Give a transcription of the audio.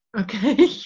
Okay